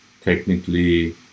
technically